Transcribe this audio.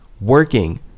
working